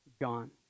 gone